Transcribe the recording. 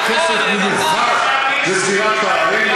פה יש כסף מיוחד לסגירת פערים,